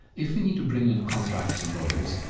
if we need to bring in contracts and lawyers,